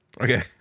Okay